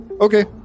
Okay